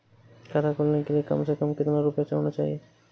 खाता खोलने के लिए कम से कम कितना रूपए होने चाहिए?